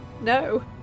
No